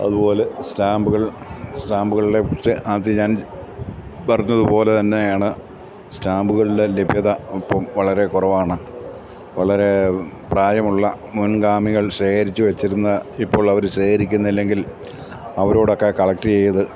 അതുപോലെ സ്റ്റാമ്പുകൾ സ്റ്റാമ്പുകളില് ആദ്യം ഞാൻ പറഞ്ഞതുപോലെ തന്നെയാണ് സ്റ്റാമ്പുകളുടെ ലഭ്യത ഇപ്പം വളരെ കുറവാണ് വളരെ പ്രായമുള്ള മുൻഗാമികൾ ശേഖരിച്ചുവെച്ചിരുന്ന ഇപ്പോൾ അവര് ശേഖരിക്കുന്നില്ലെങ്കിൽ അവരോടൊക്കെ കളക്ട് ചെയ്ത്